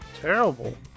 terrible